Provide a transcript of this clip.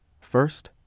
First